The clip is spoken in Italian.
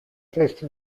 testi